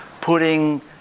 putting